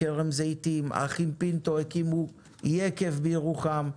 האחים פינטו הקימו יקב בירוחם,